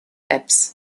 apps